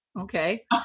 okay